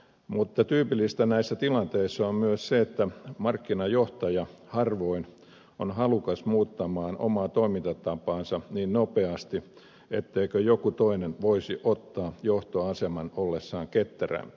mutta tyypillistä näissä tilanteissa on myös se että markkinajohtaja harvoin on halukas muuttamaan omaa toimintatapaansa niin nopeasti ettei joku toinen voisi ottaa johtoasemaa ollessaan ketterämpi